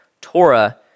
Torah